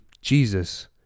Jesus